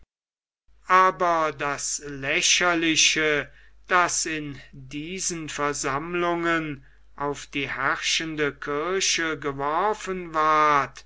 aber das lächerliche das in diesen versammlungen auf die herrschende kirche geworfen ward